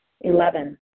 Eleven